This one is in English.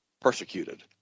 persecuted